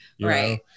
Right